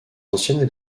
anciennes